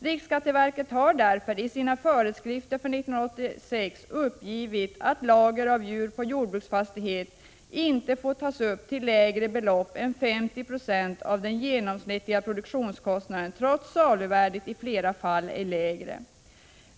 Riksskatteverket har därför i sina föreskrifter för 1986 uppgivit att lager av djur på jordbruksfastighet inte får tas upp till lägre belopp än 50 96 av den genomsnittliga produktionskostnaden, trots att saluvärdet i flera fall är lägre.